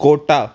Kota